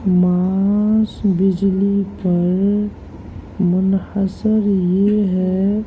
معاش بجلی پر منحصر یہ ہے